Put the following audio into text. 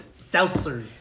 Seltzers